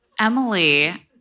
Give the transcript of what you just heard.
Emily